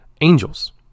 angels